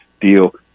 deal